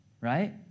right